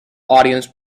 audience